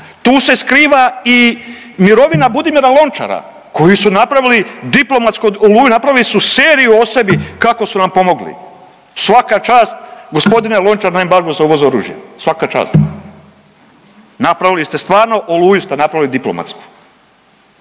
Tu se skriva i mirovina Budimira Lončara koji su napravili diplomatsku oluju, napravili su seriju o sebi kako su nam pomogli. Svaka čast gospodine Lončar na embargo za uvoz oružja, svaka čast. Napravili ste stvarno oluju ste napravili diplomatsku.